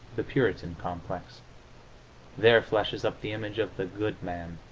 the puritan complex there flashes up the image of the good man,